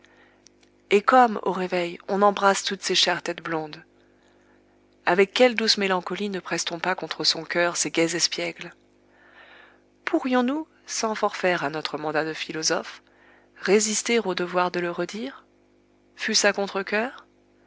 et comme au réveil on embrasse toutes ces chères têtes blondes avec quelle douce mélancolie ne presse t on pas contre son cœur ces gais espiègles pourrions-nous sans forfaire à notre mandat de philosophe résister au devoir de le redire fût-ce à contre-cœur